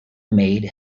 made